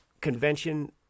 convention